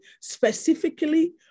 specifically